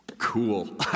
Cool